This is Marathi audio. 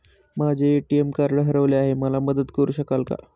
माझे ए.टी.एम कार्ड हरवले आहे, मला मदत करु शकाल का?